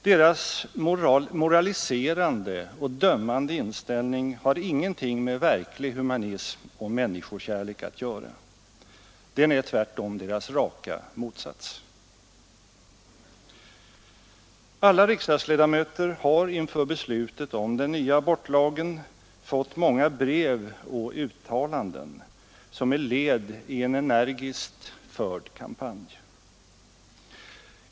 Deras moraliserande och dömande inställning har ingenting med verklig humanism och människokärlek att göra. Den är tvärtom deras raka motsats. Alla riksdagsledamöter har inför beslutet om den nya abortlagen fått många brev och uttalanden, som är led i en energiskt förd kampanj.